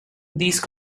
these